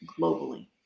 globally